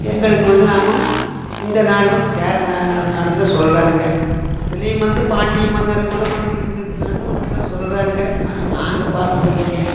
எங்களுக்கு வந்து நாம்ம இந்த நாடு வந்து சேர நா நாடுனுதான் சொல்கிறானுங்க அதுலேயும் வந்து பாண்டிய மன்னர்கூட வந்து இருந்திருக்குறான்னு ஒரு சில சொல்கிறானுங்க ஆனால் நாங்கள் பார்த்ததில்லைங்க